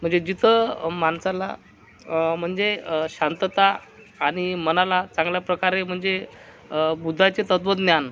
म्हणजे जिथं माणसाला म्हणजे शांतता आणि मनाला चांगल्या प्रकारे म्हणजे बुद्धाचे तत्वज्ञान